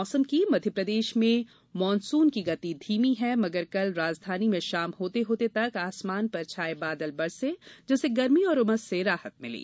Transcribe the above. मौसम मध्यप्रदेश में मानसून की गति धीमी है मगर कल राजधानी में शाम होते होते तक आसमान पर छाये बादल बरसे जिससे गर्मी और उमस से राहत मिली